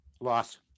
Loss